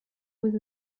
with